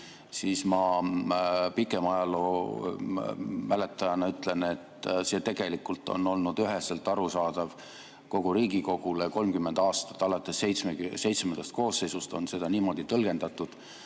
siis ma pikema ajaloo mäletajana ütlen, et see on tegelikult olnud üheselt arusaadav kogu Riigikogule 30 aastat. Alates VII koosseisust on seda tõlgendatud